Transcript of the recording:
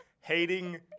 hating